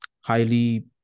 highly